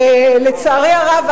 לצערי הרב,